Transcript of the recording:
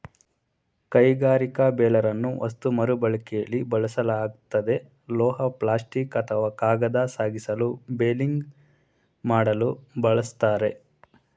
ಕೈಗಾರಿಕಾ ಬೇಲರನ್ನು ವಸ್ತು ಮರುಬಳಕೆಲಿ ಬಳಸಲಾಗ್ತದೆ ಲೋಹ ಪ್ಲಾಸ್ಟಿಕ್ ಅಥವಾ ಕಾಗದ ಸಾಗಿಸಲು ಬೇಲಿಂಗ್ ಮಾಡಲು ಬಳಸ್ತಾರೆ